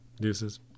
Deuces